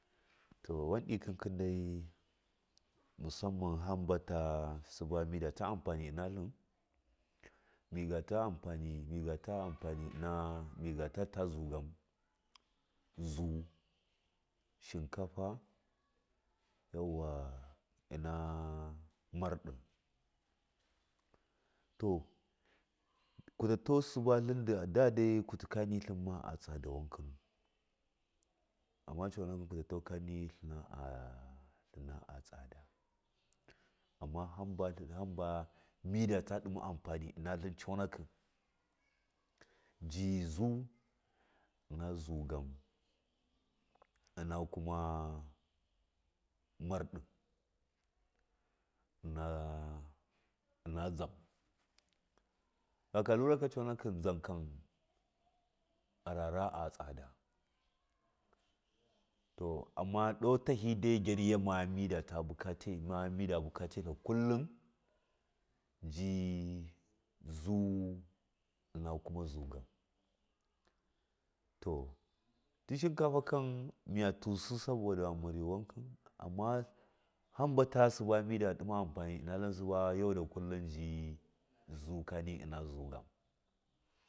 to wa ikɨnkin dai musana hambata sɨba midata anfani inallin migate anfani migate anfani ina migatata zugan zuu shikafa yauwa ina mardi to kutato suba da dai kulkani tlin ma tsadau wakanu amma coonaki tlina tlina a tsada amma haba midata anfani coonakɨ ji zuu zugan ma kuna marɗɨ ina dzan haka lura canakɨ dzankan arara atsada to amma ɗo tahi gyaryama midata bukace ma midate bukace tla kallum ji zuu makama zugam to tii snikafa kam miya tusɨ sabada mari wankɨn amma ham ba suba mida ɗima anfani suba yauda kullum zuu kani ina zugan.